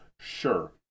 sure